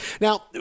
Now